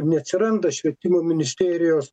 neatsiranda švietimo ministerijos